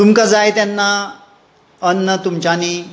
तुमकां जाय तेन्ना अन्न तुमच्यांनी